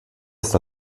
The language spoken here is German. ist